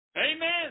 Amen